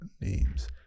Names